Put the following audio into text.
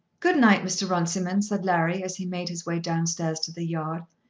good night, mr. runciman, said larry as he made his way down-stairs to the yard.